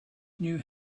knew